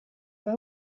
i’ve